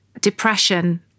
depression